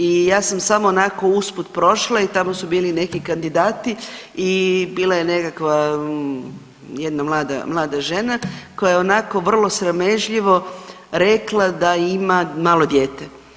I ja sam samo onako usput prošla i tamo su bili neki kandidati i bila je nekakva, jedna mlada, mlada žena koja je onako vrlo sramežljivo rekla da ima malo dijete.